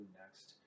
next